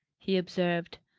he observed.